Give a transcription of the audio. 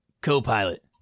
co-pilot